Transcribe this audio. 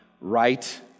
right